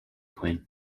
queen